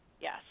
Yes